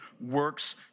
works